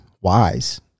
wise